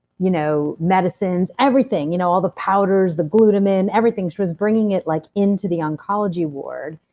you know medicines, everything, you know all the powders, the glutamine, everything, she was bringing it like into the oncology ward,